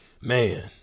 Man